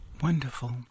Wonderful